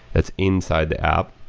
it's inside the app,